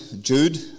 Jude